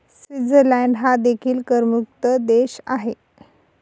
Switzerland हा देखील करमुक्त देश आहे